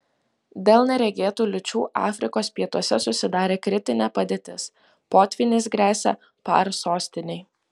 dėl neregėtų liūčių afrikos pietuose susidarė kritinė padėtis potvynis gresia par sostinei